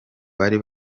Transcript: bari